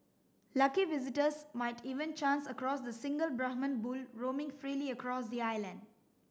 lucky visitors might even chance across the single Brahman bull roaming freely across the island